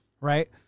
right